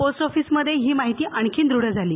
post ऑफिसमध्ये ही माहिती आणखी दृढ झाली